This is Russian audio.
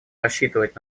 рассчитывать